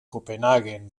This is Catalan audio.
copenhaguen